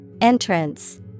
Entrance